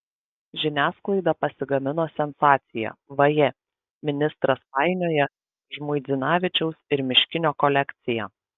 žiniasklaida pasigamino sensaciją vaje ministras painioja žmuidzinavičiaus ir miškinio kolekciją